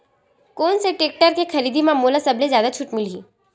कोन से टेक्टर के खरीदी म मोला सबले जादा छुट मिलही?